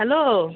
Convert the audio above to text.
hello